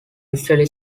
usually